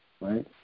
right